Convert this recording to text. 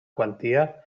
quantia